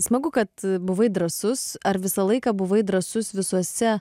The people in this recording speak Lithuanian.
smagu kad buvai drąsus ar visą laiką buvai drąsus visuose